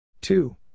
Two